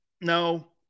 No